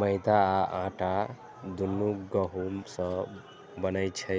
मैदा आ आटा, दुनू गहूम सं बनै छै,